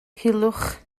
culhwch